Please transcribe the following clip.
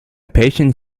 patient